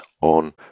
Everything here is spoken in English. on